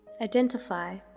identify